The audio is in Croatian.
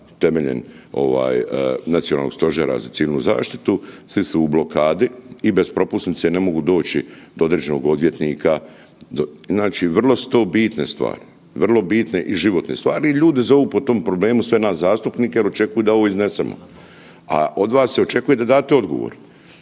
temeljem Nacionalnog stožera za civilnu zaštitu, svi su u blokadi i bez propusnice ne mogu doći do određenog odvjetnika. Znači vrlo su to bitne stvari, vrlo bitne i životne stvari i ljudi zovu po tom problemu sve nas zastupnike jel očekuju da ovo iznesemo, a od vas se očekuje da date odgovor.